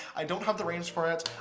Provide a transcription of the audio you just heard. i don't have the range for it,